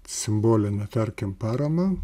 simbolinę tarkim paramą